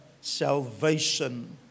salvation